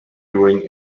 during